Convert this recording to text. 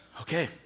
okay